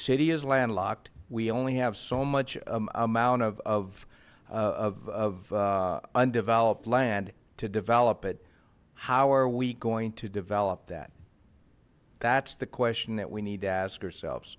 city is landlocked we only have so much amount of of undeveloped land to develop it how are we going to develop that that's the question that we need to ask oursel